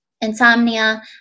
insomnia